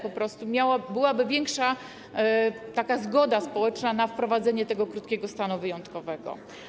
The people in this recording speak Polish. Po prostu byłaby większa zgoda społeczna na wprowadzenie tego krótkiego stanu wyjątkowego.